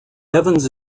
evans